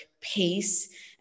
pace